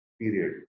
period